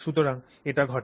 সুতরাং এটি ঘটে